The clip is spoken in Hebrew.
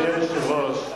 אדוני היושב-ראש,